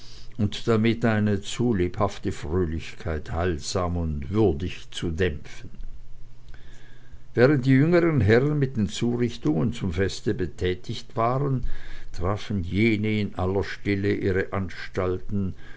und damit eine zu lebhafte fröhlichkeit heilsam und würdig zu dämpfen während die jüngeren herren mit den zurichtungen zum feste betätigt waren trafen jene in aller stille ihre anstalten